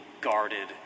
guarded